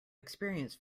experience